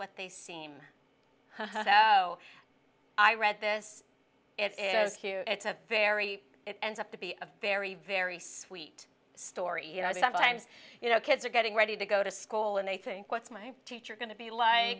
what they seem oh i read this it is here it's a very it ends up to be a very very sweet story and i'm so you know kids are getting ready to go to school and they think what's my teacher going to be l